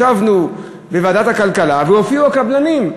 ישבנו בוועדת הכלכלה והופיעו הקבלנים.